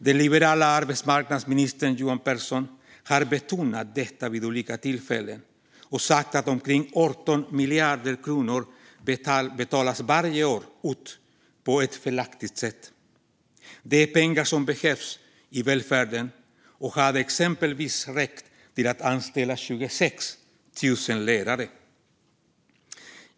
Den liberala arbetsmarknadsministern Johan Pehrson har betonat detta vid olika tillfällen och sagt att omkring 18 miljarder kronor varje år betalas ut på ett felaktigt sätt. Det är pengar som behövs i välfärden och hade exempelvis räckt till att anställa 26 000 lärare.